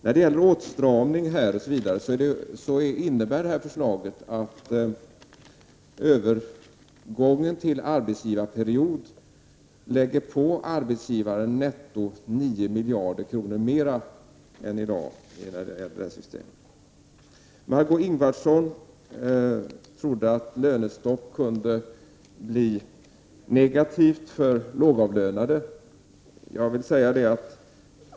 När det gäller åtstramning osv. innebär förslaget om en övergång till en arbetsgivarperiod i sjukförsäkringen att man lägger på arbetsgivarna netto 9 miljarder kronor mer än i dag. Margö Ingvardsson trodde att lönestopp kunde bli negativt för lågavlönade.